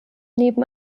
neben